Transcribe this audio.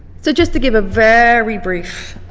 so just to give a very brief